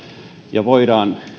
ja voidaan